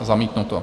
Zamítnuto.